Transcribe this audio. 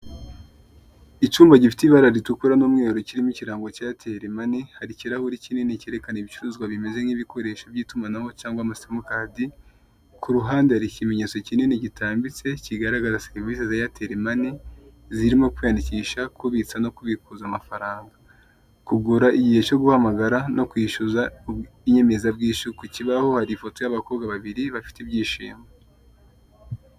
Icyumba gifite ibara ritukura n'umweru kirimo ikirango cya aitel money, hari ikirahuri kinini cyerekana ibicuruzwa bimeze nk'ibikoresho by'itumanaho cyangwa amasimukadi, ku ruhande hari ikimenyetso kinini gitambitse, kigaragaza serivisi za airtel money, zirimo kwiyandikisha, kubitsa no kubikuza amafaranga. Kugura igihe cyo guhamagara no kwishyuza inyemezabwishyu, ku kibaho hari ifoto y'abakobwa babiri bafite ibyishimo.